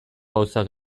gauza